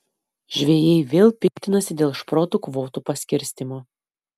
žvejai vėl piktinasi dėl šprotų kvotų paskirstymo